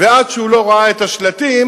ועד שהוא לא ראה את השלטים,